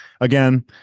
again